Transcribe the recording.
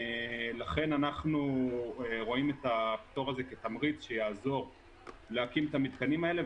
אנחנו רואים את הפטור הזה כתמריץ שיעזור להקים את המתקנים האלה.